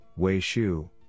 Weishu